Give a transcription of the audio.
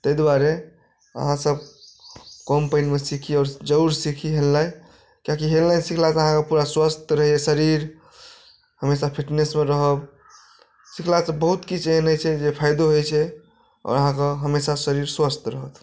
ताहि दुआरे अहाँ सब कम पानिमे सीखी आओर जरूर सीखी हेलनाइ किआकी हेलनाइ सिखलासँ अहाँकऽ पूरा स्वस्थ रहैया शरीर हमेशा फिटनेसमे रहब सिखलासँ बहुत किछु एहन होइत छै जे फायदो होइत छै आओर अहाँकऽ हमेशा शरीर स्वस्थ रहत